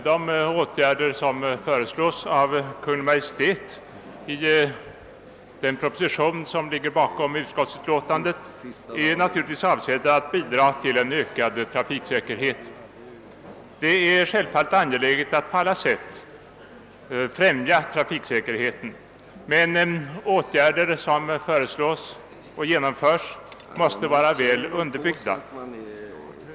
Herr talman! De åtgärder som föreslås av Kungl. Maj:t i den proposition som ligger bakom utskottsutlåtandet är naturligtivs avsedda att bidra till en ökad trafiksäkerhet. Självfallet är det angeläget att på alla sätt främja trafiksäkerheten, men de åtgärder som föreslås och genomförs måste vara väl underbyggda.